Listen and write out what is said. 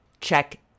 check